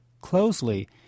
closely